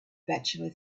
bachelor